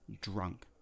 drunk